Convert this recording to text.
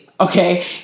Okay